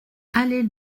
allée